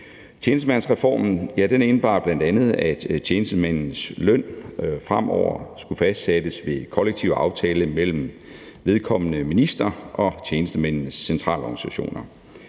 Tjenestemandsreformen indebar bl.a., at tjenestemændenes løn fremover skulle fastsættes ved kollektiv aftale mellem vedkommende minister og tjenestemændenes centralorganisationer.